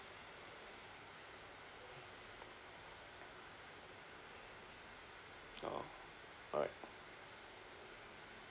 orh alright